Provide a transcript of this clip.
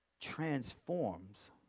transforms